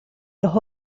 los